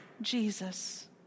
Jesus